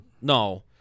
No